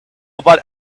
about